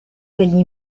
degli